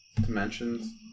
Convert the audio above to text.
Dimensions